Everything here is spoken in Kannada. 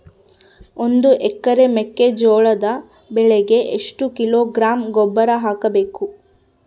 ಒಂದು ಎಕರೆ ಮೆಕ್ಕೆಜೋಳದ ಬೆಳೆಗೆ ಎಷ್ಟು ಕಿಲೋಗ್ರಾಂ ಗೊಬ್ಬರ ಹಾಕಬೇಕು?